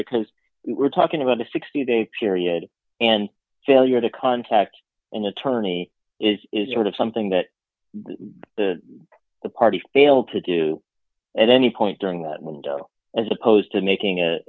because we're talking about a sixty day period and failure to contact an attorney is is sort of something that the party failed to do at any point during that window as opposed to making